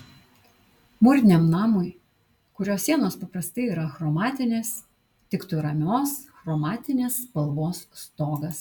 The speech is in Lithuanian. mūriniam namui kurio sienos paprastai yra achromatinės tiktų ramios chromatinės spalvos stogas